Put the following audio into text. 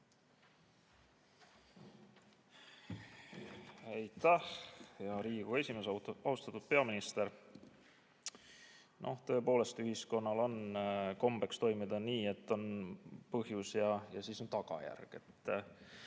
Aitäh, hea Riigikogu esimees! Austatud peaminister! Tõepoolest, ühiskonnal on kombeks toimida nii, et on põhjus ja siis on tagajärg.